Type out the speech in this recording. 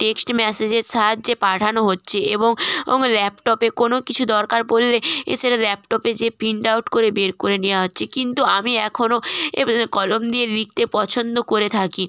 text মেসেজের সাহায্যে পাঠানো হচ্ছে এবং এবং ল্যাপটপে কোনো কিছু দরকার পড়লে এ সেটা ল্যাপটপে যে প্রিন্ট আউট করে বের করে নেয়া হচ্ছে কিন্তু আমি এখনো এ কলম দিয়ে লিখতে পছন্দ করে থাকি